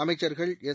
அமைச்சர்கள் எஸ்